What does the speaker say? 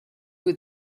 who